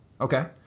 Okay